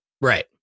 Right